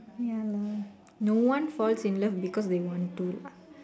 ya lah no one falls in love because they want to lah